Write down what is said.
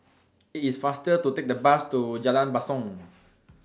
IT IS faster to Take The Bus to Jalan Basong